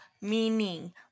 meaning